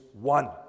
one